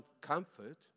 comfort